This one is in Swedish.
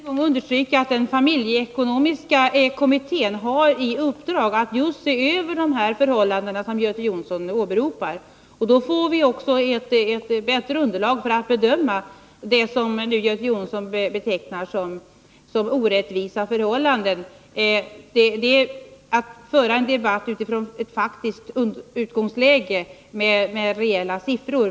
Herr talman! Jag vill än en gång understryka att den familjeekonomiska kommittén har i uppdrag att just se över de förhållanden som Göte Jonsson åberopar. När det arbetet slutförts får vi ett bättre underlag för att bedöma det som Göte Jonsson betecknar som orättvisa förhållanden, och då kan vi föra en debatt utifrån ett faktiskt utgångsläge med reella siffror.